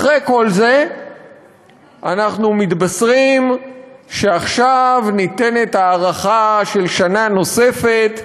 אחרי כל זה אנחנו מתבשרים שעכשיו ניתנת הארכה של שנה נוספת,